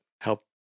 help